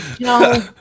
no